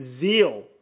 zeal